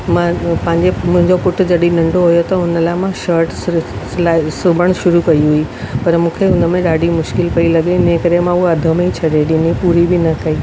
पंहिंजे मुंहिंजो पुटु जॾहिं नंढो हुओ त हुन लाइ मां शट सि सिलाई सिबण शुरू कई हुई पर मूंखे हुन में ॾाढी मुश्किल पेई लॻे इनकरे मां उहा अध में ई छॾे ॾिनी पूरी बि न कई